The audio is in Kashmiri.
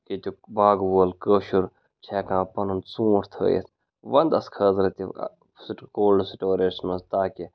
ییٚتیُک باغہٕ وول کٲشُر چھِ ہٮ۪کان پَنُن ژوٗنٛٹھ تھٲیِتھ وَندَس خٲطرٕ تہِ کولڈٕ سٹوریجَس منٛز تاکہِ